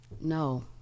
No